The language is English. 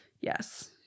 Yes